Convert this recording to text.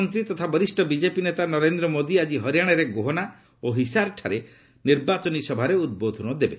ପ୍ରଧାନମନ୍ତ୍ରୀ ତଥା ବରିଷ୍ଣ ବିଜେପି ନେତା ନରେନ୍ଦ୍ର ମୋଦି ଆକି ହରିୟାଣାର ଗୋହନା ଓ ହିସାରଠାରେ ନିର୍ବାଚନ ସଭାରେ ଉଦ୍ବୋଧନ ଦେବେ